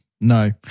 No